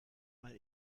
mal